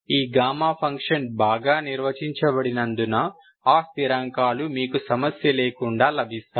ఈ gamma function బాగా నిర్వచించబడినందున ఆ స్థిరాంకాలు మీకు సమస్య లేకుండా లభిస్తాయి